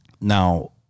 Now